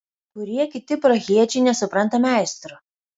kurie kiti prahiečiai nesupranta meistro